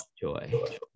joy